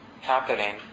happening